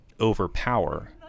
overpower